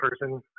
person